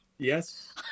yes